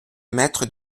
maître